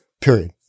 period